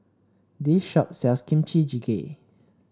this shop sells Kimchi Jjigae